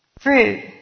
Fruit